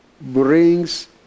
brings